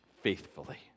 faithfully